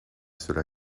cela